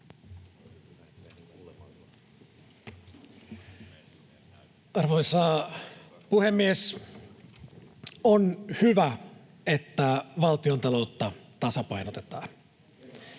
Arvoisa puhemies! On hyvä, että valtiontaloutta tasapainotetaan.